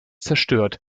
zerstört